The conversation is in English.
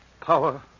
power